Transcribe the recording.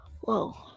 Whoa